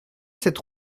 cette